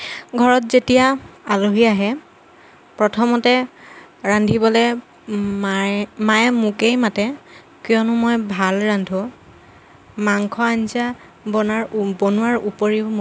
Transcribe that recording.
ঘৰত যেতিয়া আলহী আহে প্ৰথমতে ৰান্ধিবলৈ মায়ে মায়ে মোকেই মাতে কিয়নো মই ভাল ৰান্ধো মাংস আঞ্জা বনাৰ বনোৱাৰ উপৰিও মই